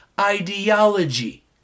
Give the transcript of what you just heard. ideology